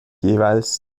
jeweils